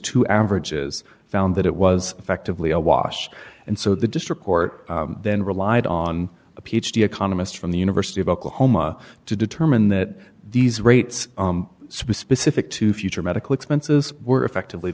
two averages found that it was effectively a wash and so the district court then relied on a ph d economist from the university of oklahoma to determine that these rates specific to future medical expenses were effectively